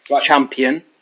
Champion